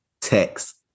text